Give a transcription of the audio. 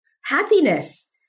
Happiness